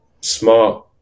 smart